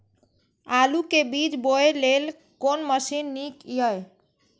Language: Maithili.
आलु के बीज बोय लेल कोन मशीन नीक ईय?